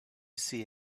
see